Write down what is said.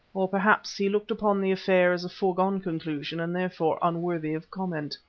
or, perhaps, he looked upon the affair as a foregone conclusion and therefore unworthy of comment.